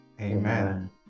Amen